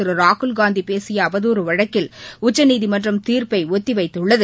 திரு ராகுல் காந்தி பேசிய அவதூறு வழக்கில் உச்சநீதிமன்றம் தீர்ப்பை ஒத்திவைத்துள்ளது